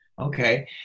Okay